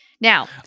Now